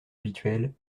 habituel